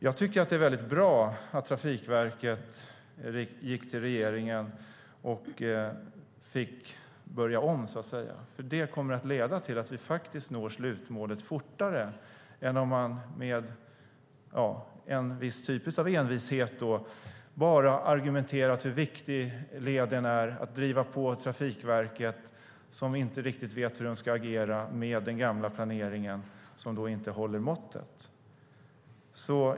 Jag tycker att det är väldigt bra att Trafikverket gick till regeringen och fick börja om. Det kommer att leda till att vi når slutmålet fortare än om man med en viss typ av envishet bara argumenterat för hur viktig leden är och drivit på Trafikverket, som inte riktigt vetat hur det ska agera med den gamla planeringen som inte håller måttet.